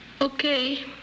Okay